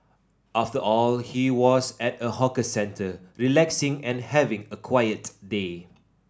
after all he was at a hawker centre relaxing and having a quiet day